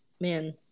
Man